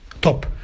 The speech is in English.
top